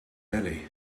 belly